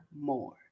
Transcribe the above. more